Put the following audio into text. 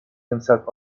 himself